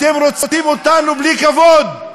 אתם רוצים אותנו בלי כבוד?